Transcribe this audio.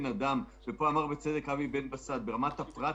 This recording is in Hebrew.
אני יכול לפתוח דיון ארוך למה אני לא מסכים עם אבי בן בסט,